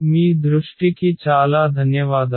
మీ దృష్టికి చాలా ధన్యవాదాలు